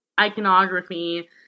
iconography